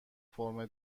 فرم